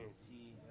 See